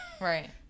Right